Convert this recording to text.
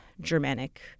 Germanic